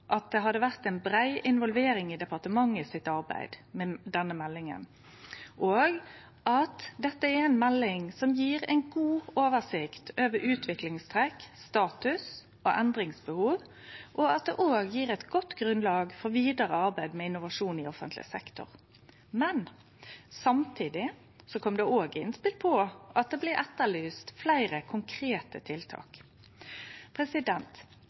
at det hadde vore ei brei involvering i departementet sitt arbeid med denne meldinga, at dette er ei melding som gjev ei god oversikt over utviklingstrekk, status og endringsbehov, og at det òg gjev eit godt grunnlag for vidare arbeid med innovasjon i offentleg sektor. Samtidig kom det innspel som etterlyste fleire konkrete tiltak. I meldinga blir det peikt på at